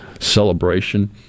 celebration